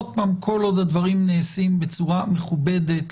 כל עוד הדברים נעשים בצורה מכובדת,